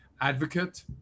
advocate